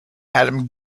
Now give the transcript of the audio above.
adam